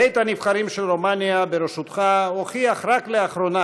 בית הנבחרים של רומניה בראשותך הוכיח רק לאחרונה